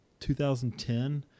2010